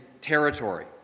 territory